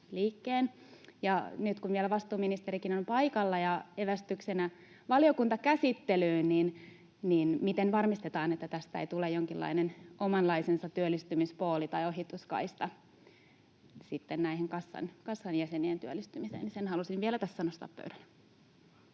Nyt kun vielä vastuuministerikin on paikalla, ja evästyksenä valiokuntakäsittelyyn: miten varmistetaan, että tästä ei tule jonkinlainen omanlaisensa työllistymispooli tai ohituskaista näiden kassan jäsenien työllistymiseen? Sen halusin vielä tässä nostaa pöydälle.